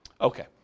Okay